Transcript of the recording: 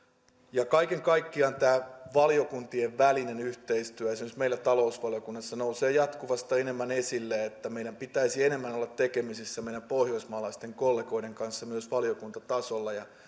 kaiken kaikkiaan tämä valiokuntien välinen yhteistyö esimerkiksi meillä talousvaliokunnassa nousee jatkuvasti esille että meidän pitäisi enemmän olla tekemisissä meidän pohjoismaalaisten kollegoiden kanssa myös valiokuntatasolla